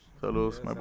saludos